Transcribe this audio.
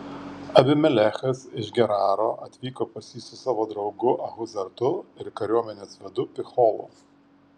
abimelechas iš geraro atvyko pas jį su savo draugu achuzatu ir kariuomenės vadu picholu